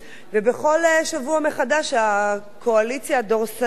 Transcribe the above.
בכל שבוע מחדש הקואליציה הדורסנית